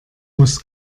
muss